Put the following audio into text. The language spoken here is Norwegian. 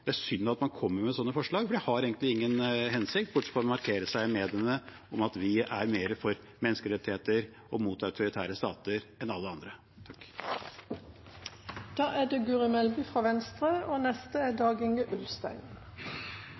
Det er synd at man kommer med sånne forslag. Det har egentlig ingen hensikt, bortsett fra å markere seg i mediene med at man er mer for menneskerettigheter og mer mot autoritære stater enn alle andre. La meg starte med å takke saksordføreren og